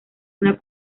una